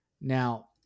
Now